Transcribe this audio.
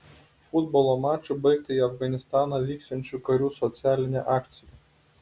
futbolo maču baigta į afganistaną vyksiančių karių socialinė akcija